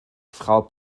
frau